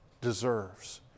deserves